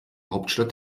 hauptstadt